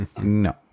No